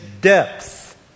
depth